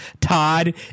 Todd